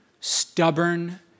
stubborn